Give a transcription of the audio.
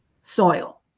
soil